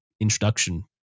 introduction